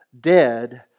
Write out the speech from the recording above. dead